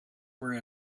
where